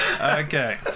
Okay